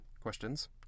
Questions